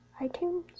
iTunes